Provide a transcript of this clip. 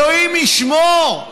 אלוהים ישמור,